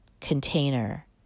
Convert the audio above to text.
container